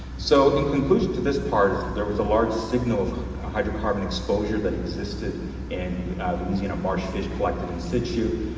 so the conclusion to this part, there was a large signal of hydrocarbon exposure that existed in louisiana marsh fish collected in situ.